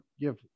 give